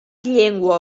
llengua